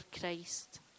Christ